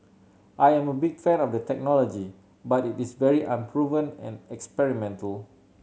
I am a big fan of the technology but it is very unproven and experimental